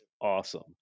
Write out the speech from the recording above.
awesome